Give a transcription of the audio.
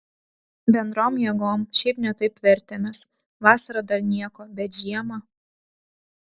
bendrom jėgom šiaip ne taip vertėmės vasarą dar nieko bet žiemą